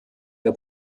der